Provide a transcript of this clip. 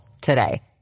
today